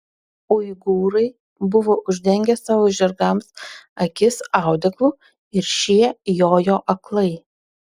uigūrai buvo uždengę savo žirgams akis audeklu ir šie jojo aklai